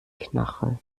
knarre